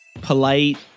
polite